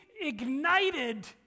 ignited